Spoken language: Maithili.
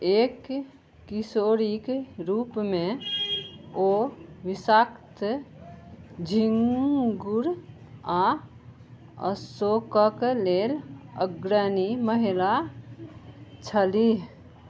एक किशोरीके रूपमे ओ विषाक्त झिङ्गुर आओर अशोकक लेल अग्रणी महिला छलीह